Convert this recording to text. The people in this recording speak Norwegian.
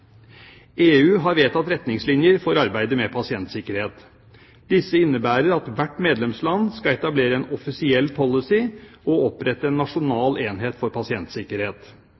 EU har vedtatt retningslinjer for arbeidet med pasientsikkerhet. Disse innebærer at hvert medlemsland skal etablere en offisiell policy og opprette en nasjonal enhet for pasientsikkerhet.